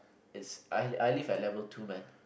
is I I live at level two man